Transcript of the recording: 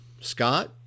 Scott